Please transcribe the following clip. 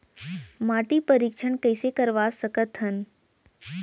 माटी परीक्षण कइसे करवा सकत हन?